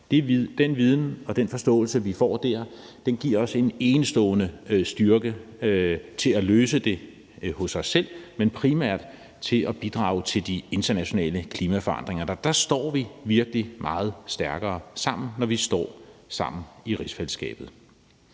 Den viden og den forståelse, vi får der, giver os en enestående styrke til at løse det hos os selv, men primært til at bidrage til at løse de internationale klimaforandringer. Der står vi virkelig meget stærkere, når vi står sammen i rigsfællesskabet.